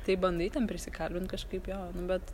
tai bandai ten prisikalbint kažkaip jo nu bet